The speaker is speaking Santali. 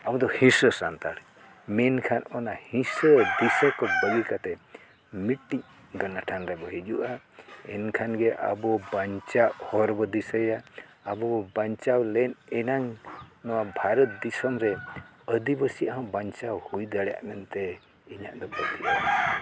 ᱟᱵᱚ ᱫᱚ ᱦᱤᱸᱥᱟᱹ ᱥᱟᱱᱛᱟᱲ ᱢᱮᱱᱠᱷᱟᱱ ᱚᱱᱟ ᱦᱤᱸᱥᱟᱹ ᱫᱤᱥᱟᱹ ᱠᱚ ᱵᱟᱹᱜᱤ ᱠᱟᱛᱮ ᱢᱤᱫᱴᱤᱡ ᱜᱟᱱᱟᱴᱷᱟᱱ ᱨᱮᱵᱚ ᱦᱤᱡᱩᱜᱼᱟ ᱮᱱᱠᱷᱟᱱ ᱜᱮ ᱟᱵᱚ ᱵᱟᱧᱪᱟᱜ ᱦᱚᱨ ᱵᱚ ᱫᱤᱥᱟᱹᱭᱟ ᱟᱵᱚ ᱵᱟᱧᱪᱟᱣ ᱞᱮᱱ ᱮᱱᱟᱝ ᱱᱚᱣᱟ ᱵᱷᱟᱨᱚᱛ ᱫᱤᱥᱚᱢ ᱨᱮ ᱟᱹᱫᱤᱵᱟᱹᱥᱤ ᱦᱚᱸ ᱵᱟᱧᱪᱟᱣ ᱦᱩᱭ ᱫᱟᱲᱮᱭᱟᱜ ᱢᱮᱱᱛᱮ ᱤᱧᱟᱹᱜ ᱫᱚ ᱯᱟᱹᱛᱭᱟᱹᱣ ᱢᱮᱱᱟᱜᱼᱟ